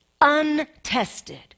untested